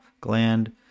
gland